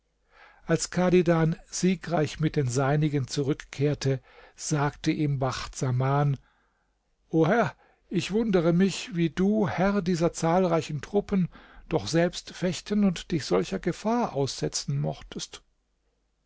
als chadidan siegreich mit den seinigen zurückkehrte sagte ihm bacht saman o herr ich wundere mich wie du herr dieser zahlreichen truppen doch selbst fechten und dich solcher gefahr aussetzen mochtest